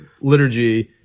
liturgy